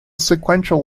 sequential